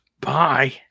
Bye